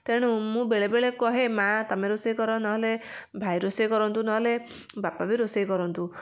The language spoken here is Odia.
ତେଣୁ ମୁଁ ବେଳେ ବେଳେ କହେ ମାଁ ତୁମେ ରୋଷେଇ କର ନ ହେଲେ ଭାଇ ରୋଷେଇ କରନ୍ତୁ ନହେଲେ ବାପା ବି ରୋଷେଇ କରନ୍ତୁ